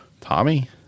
Tommy